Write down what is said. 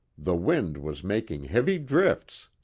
the wind was making heavy drifts.